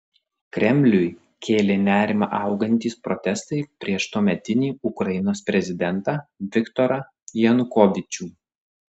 kremliui kėlė nerimą augantys protestai prieš tuometinį ukrainos prezidentą viktorą janukovyčių